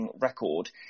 record